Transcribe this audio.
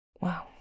Wow